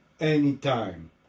Anytime